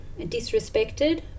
disrespected